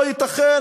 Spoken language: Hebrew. לא ייתכן,